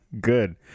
Good